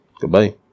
Goodbye